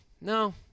No